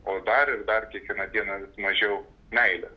o dar ir dar kiekvieną dieną mažiau meilės